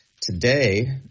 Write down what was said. today